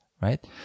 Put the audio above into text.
right